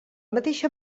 mateixa